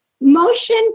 Motion